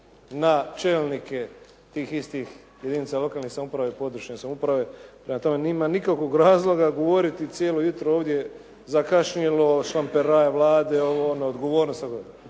na čelnike tih istih jedinica lokalnih samouprava i područne samouprave, prema tome, nema nikakvog razloga govoriti cijelo jutro ovdje zakašnjelo, šlamperaj Vlade, ovo, ono, odgovornost.